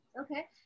Okay